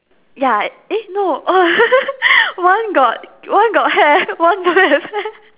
ya eh no oh one got one got hair one don't have hair